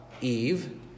Eve